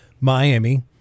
Miami